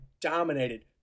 dominated